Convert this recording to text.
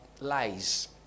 lies